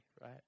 right